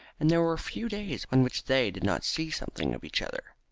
and there were few days on which they did not see something of each other.